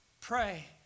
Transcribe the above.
pray